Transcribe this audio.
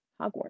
Hogwarts